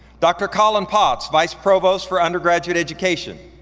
dr. colin potts, vice provost for undergraduate education.